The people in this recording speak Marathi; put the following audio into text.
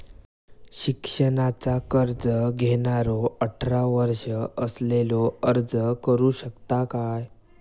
शिक्षणाचा कर्ज घेणारो अठरा वर्ष असलेलो अर्ज करू शकता काय?